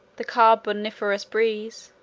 the carboniferous breeze,